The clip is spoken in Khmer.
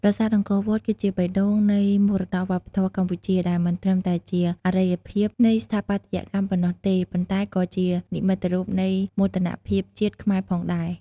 ប្រាសាទអង្គរវត្ត គឺជាបេះដូងនៃមរតកវប្បធម៌កម្ពុជា ដែលមិនត្រឹមតែជាអច្ឆរិយភាពនៃស្ថាបត្យកម្មប៉ុណ្ណោះទេ ប៉ុន្តែក៏ជានិមិត្តរូបនៃមោទនភាពជាតិខ្មែរផងដែរ។